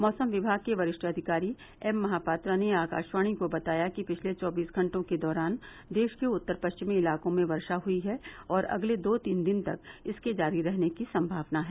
मौसम विमाग के वरिष्ठ अधिकारी एममहापात्रा ने आकाशवाणी को बताया कि पिछले चौबीस घंटों के दौरान देश के उत्तर पश्चिमी इलाकों में वर्षा हुई है और अगले दो तीन दिन तक इसके जारी रहने की संभावना है